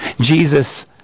Jesus